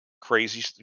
Crazy